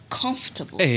comfortable